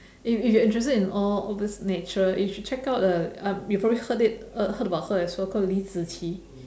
if if you are interested in all all this nature you should check out a uh you probably heard it heard about her as well called li zi qi